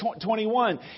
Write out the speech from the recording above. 21